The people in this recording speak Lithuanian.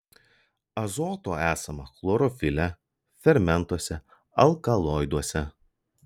azoto esama chlorofile fermentuose alkaloiduose